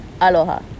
Aloha